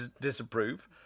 disapprove